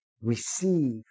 receive